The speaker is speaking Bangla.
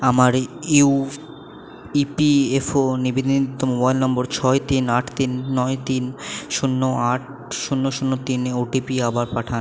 আমার ইউফ্ ইপিএফও নিবন্ধিত মোবাইল নম্বর ছয় তিন আট তিন নয় তিন শূন্য আট শূন্য শূন্য তিন এ ওটিপি আবার পাঠান